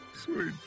Sweet